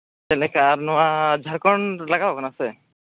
ᱪᱮᱫ ᱞᱮᱠᱟ ᱟᱨ ᱱᱚᱣᱟ ᱡᱷᱟᱲᱠᱷᱚᱸᱰ ᱨᱮ ᱞᱟᱜᱟᱣ ᱠᱟᱱᱟ ᱥᱮ